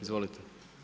Izvolite.